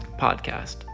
podcast